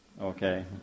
Okay